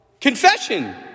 Confession